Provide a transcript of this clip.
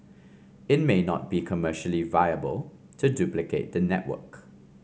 it may not be commercially viable to duplicate the network